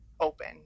open